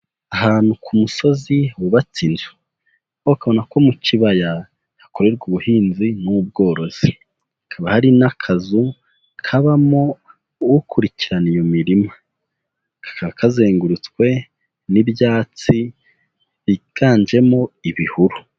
Ahantu ku musozi wubatse inzu. Ako ukabona ko mu kibaya, hakorerwa ubuhinzi n'ubworozi. Hakaba hari n'akazu, kabamo ukurikirana iyo mirima, kakaba kazengurutswe n'ibyatsi byiganjemo ibihuru.